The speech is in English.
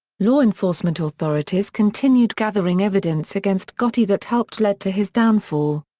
law enforcement authorities continued gathering evidence against gotti that helped lead to his downfall.